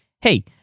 Hey